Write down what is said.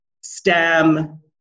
STEM